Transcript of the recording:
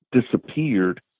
disappeared